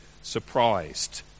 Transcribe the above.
surprised